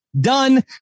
done